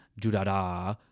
do-da-da